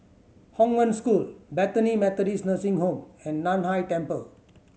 Hong Wen School Bethany Methodist Nursing Home and Nan Hai Temple